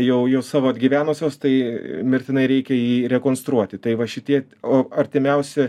jau jau savo atgyvenusios tai mirtinai reikia jį rekonstruoti tai va šitie o artimiausi